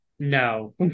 No